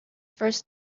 first